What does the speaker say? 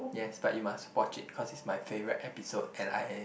yes but you must watch it cause it's my favourite episode and I